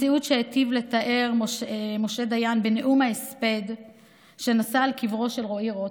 מציאות שהיטיב לתאר משה דיין בנאום ההספד שנשא מעל קברו של רועי רוטברג.